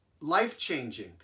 life-changing